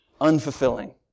unfulfilling